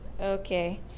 Okay